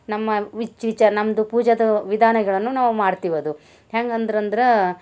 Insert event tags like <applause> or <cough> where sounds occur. ನಮ್ಮ <unintelligible> ನಮ್ಮದು ಪೂಜೆದು ವಿಧಾನಗಳನ್ನು ನಾವು ಮಾಡ್ತೀವಿ ಅದು ಹೆಂಗಂದ್ರೆ ಅಂದ್ರೆ